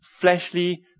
fleshly